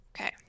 Okay